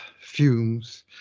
fumes